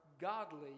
godly